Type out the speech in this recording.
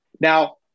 Now